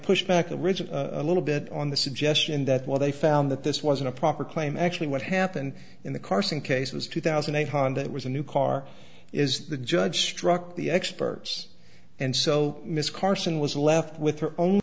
push back the ridge a little bit on the suggestion that while they found that this wasn't a proper claim actually what happened in the carson cases two thousand eight hundred was a new car is the judge struck the experts and so miss carson was left with her o